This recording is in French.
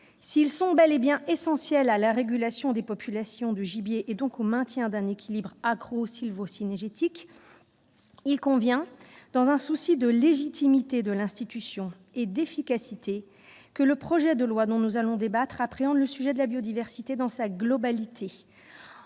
sont bel et bien essentiels à la régulation des populations de gibiers, et donc au maintien d'un équilibre agro-sylvo-cynégétique, il convient que, dans un souci de légitimité et d'efficacité de l'institution, le projet de loi dont nous allons débattre appréhende le sujet de la biodiversité dans sa globalité,